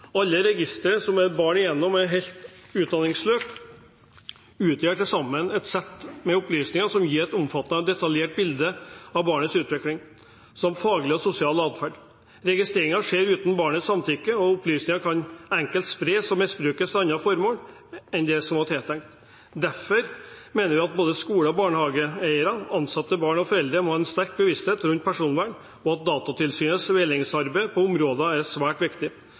Alle registreringer om et barn gjennom et helt utdanningsløp utgjør til sammen et sett med opplysninger som gir et omfattende og detaljert bilde av barnets utvikling samt faglig og sosial adferd. Registreringene skjer uten barnets samtykke, og opplysningene kan enkelt spres og misbrukes til andre formål enn dem som var tenkt. Derfor mener vi at både skoleeiere og barnehageeiere, ansatte, barn og foreldre må ha en sterk bevissthet rundt personvern, og at Datatilsynets veiledningsarbeid på området er svært viktig.